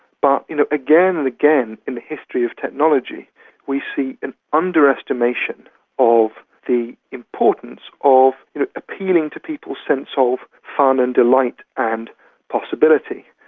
but you know again and again in the history of technology we see an underestimation of the importance of you know appealing to people's sense of fun and delight and possibility.